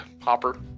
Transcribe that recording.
Hopper